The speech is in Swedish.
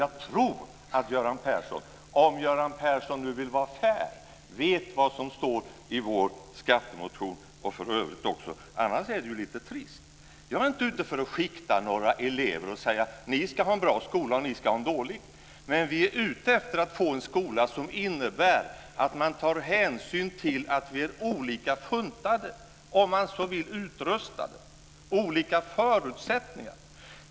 Jag tror att Göran Persson, om han nu vill vara fair, vet vad som står i vår skattemotion och för övrigt också. Annars är det lite trist. Jag är inte ute efter att skikta elever och säga att en del ska ha en bra skola och andra en dålig. Men vi är ute efter att få en skola där man tar hänsyn till att människor är olika funtade, olika utrustade, om man så vill. Vi har olika förutsättningar.